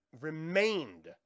remained